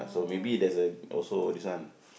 so maybe there's a also this one